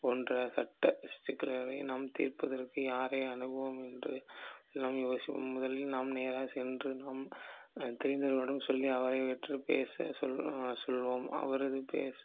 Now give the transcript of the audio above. போன்ற சட்ட சிக்கல்களை நாம் தீர்ப்பதற்கு யாரை அணுகுவோம் என்று நாம் யோசிப்போம் முதலில் நாம் நேராக சென்று நம் தெரிந்தவர்களிடம் சொல்லி அவரை விட்டு பேச சொல்ல சொல்வோம் அவரது பேசு